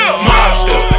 Mobster